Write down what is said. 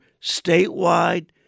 statewide